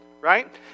right